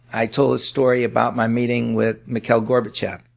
i told a story about my meeting with mikhail gorbachev.